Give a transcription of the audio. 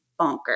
bonkers